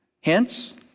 Hence